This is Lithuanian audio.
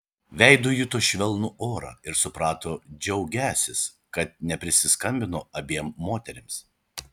veidu juto švelnų orą ir suprato džiaugiąsis kad neprisiskambino abiem moterims